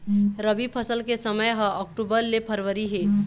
रबी फसल के समय ह अक्टूबर ले फरवरी हे